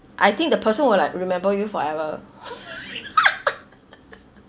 I think the person will like remember you forever